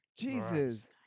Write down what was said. Jesus